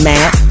Matt